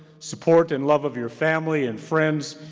support, and love of your family and friends,